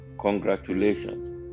Congratulations